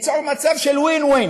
תיצור מצב של win-win: